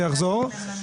יחזור.